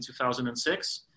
2006